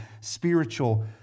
spiritual